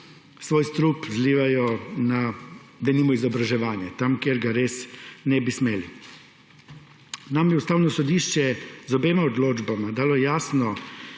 svoj strup zlivajo na izobraževanja, kamor ga res ne bi smeli. Nam je Ustavno sodišče z obema odločbama dalo jasno